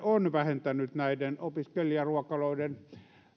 on vähentänyt näiden opiskelijaruokaloiden